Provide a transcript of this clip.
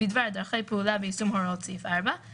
אני רוצה לשאול שתי שאלות לגבי נושא ההכרזה: הראשונה,